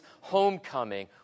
homecoming